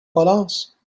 balance